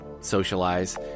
socialize